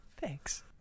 Thanks